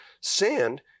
sand